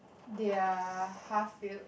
they are half filled